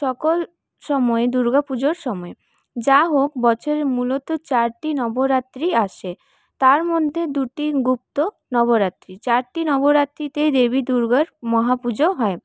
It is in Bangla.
সকল সময় দুর্গাপুজোর সময় যা হোক বছরে মূলত চারটি নবরাত্রি আসে তার মধ্যে দুটি গুপ্ত নবরাত্রি চারটি নবরাত্রিতেই দেবী দুর্গার মহাপুজো হয়